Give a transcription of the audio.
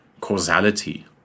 causality